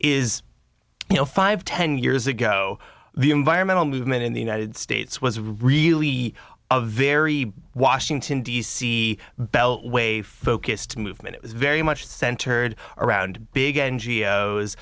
is you know five ten years ago the environmental movement in the united states was really a very washington d c beltway focused movement it was very much centered around big n